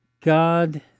God